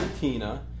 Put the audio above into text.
Tina